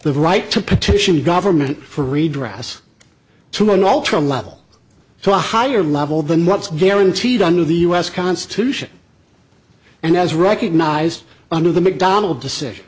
the right to petition the government for redress to an all term level to a higher level than what's guaranteed under the us constitution and as recognized under the mcdonald decision